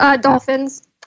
Dolphins